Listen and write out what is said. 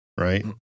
right